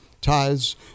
tithes